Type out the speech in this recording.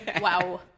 wow